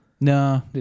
No